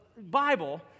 Bible